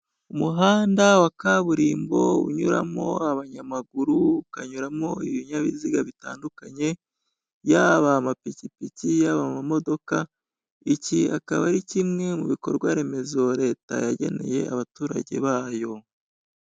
Umuhanda wa kaburimbo unyuramo abanyamaguru, ukanyuramo ibinyabiziga bitandukanye yaba amapikipiki, yaba amamodoka, iki akaba ari kimwe mu bikorwa remezo Leta yageneye abaturage bayo.